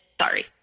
sorry